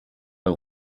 pas